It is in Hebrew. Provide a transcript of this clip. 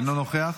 אינו נוכח,